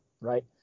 right